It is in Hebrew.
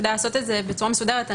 כדי לעשות את זה בצורה מסודרת,